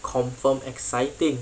confirm exciting